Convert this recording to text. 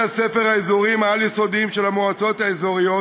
הספר האזוריים העל-יסודיים של המועצות האזוריות,